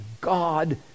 God